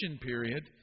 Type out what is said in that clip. period